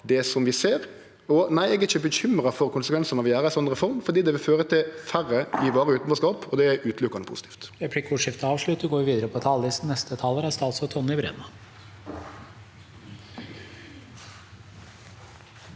det vi ser. Nei, eg er ikkje bekymra for konsekvensane når vi gjer ei sånn reform, fordi ho vil føre til færre i varig utanforskap, og det er utelukkande positivt.